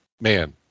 man